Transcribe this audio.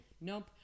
Nope